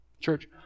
Church